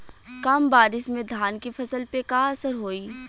कम बारिश में धान के फसल पे का असर होई?